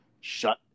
shut